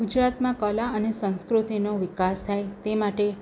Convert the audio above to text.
ગુજરાતમાં કલાને સંસ્કૃતિનો વિકાસ થાય તે માટે